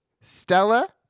Stella